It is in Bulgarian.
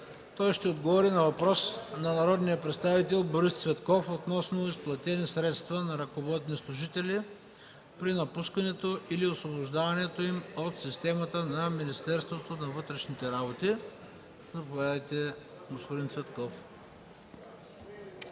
който ще отговори на въпрос от народния представител Борис Цветков относно изплатени средства на ръководни служители при напускането или освобождаването им от системата на Министерството на вътрешните работи. Заповядайте, господин Цветков.